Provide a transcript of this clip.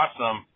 awesome